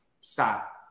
stop